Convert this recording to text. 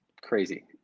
Crazy